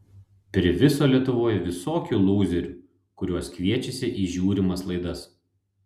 priviso lietuvoj visokių lūzerių kuriuos kviečiasi į žiūrimas laidas